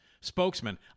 spokesman